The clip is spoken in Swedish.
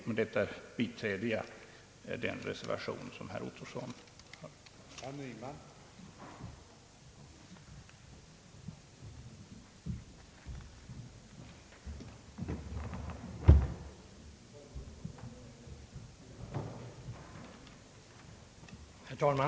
Med vad jag här anfört yrkar jag bifall till den reservation som herr Ottosson m.fl. avgivit.